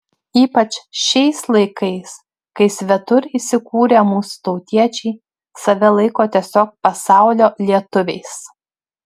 ypač šiais laikais kai svetur įsikūrę mūsų tautiečiai save laiko tiesiog pasaulio lietuviais